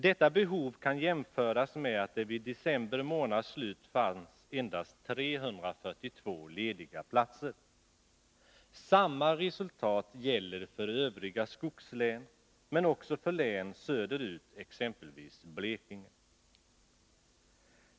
Detta behov kan jämföras med att det vid december månads utgång endast fanns 342 lediga platser. Samma resultat uppvisas i övriga skogslän men också i län söderut, exempelvis i Blekinge.